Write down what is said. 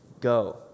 Go